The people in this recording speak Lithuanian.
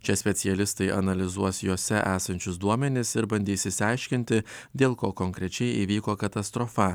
čia specialistai analizuos jose esančius duomenis ir bandys išsiaiškinti dėl ko konkrečiai įvyko katastrofa